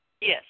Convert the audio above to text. Yes